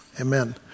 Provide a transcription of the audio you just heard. Amen